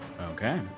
Okay